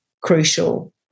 crucial